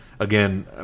again